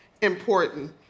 important